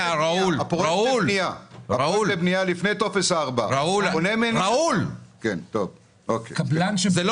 הפרויקט בבנייה, לפני טופס 4. שנייה, שנייה.